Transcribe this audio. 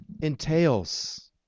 entails